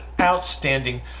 outstanding